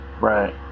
Right